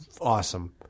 awesome